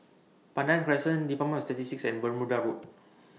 Pandan Crescent department of Statistics and Bermuda Road